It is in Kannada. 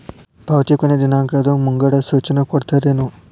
ಪಾವತಿ ಕೊನೆ ದಿನಾಂಕದ್ದು ಮುಂಗಡ ಸೂಚನಾ ಕೊಡ್ತೇರೇನು?